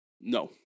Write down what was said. No